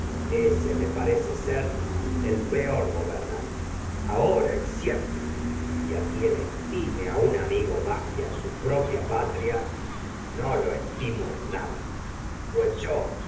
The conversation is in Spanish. ése me parece peor un gobernante ahora que y siempre y a quien estime en a amigo más pues yo a su propia patria que no lo estimo lo tiene nada sente juro